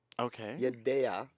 Okay